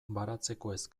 baratzekoez